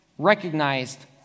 recognized